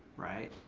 right.